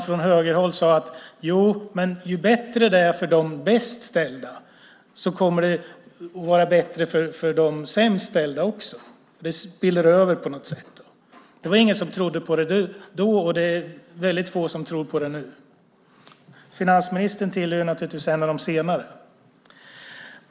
Från högerhåll sade man: Ju bättre det är för de bäst ställda desto bättre är det för de sämst ställda. Det spiller över på något sätt. Det var ingen som trodde på det då, och det är väldigt få som tror på det nu. Finansministern tillhör naturligtvis de senare.